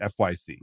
FYC